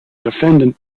defendant